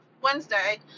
Wednesday